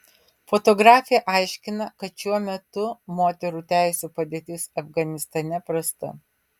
fotografė aiškina kad šiuo metu moterų teisių padėtis afganistane prasta